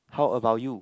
how about you